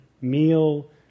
meal